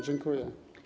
Dziękuję.